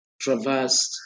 traversed